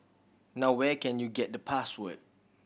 now where can you get the password